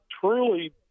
truly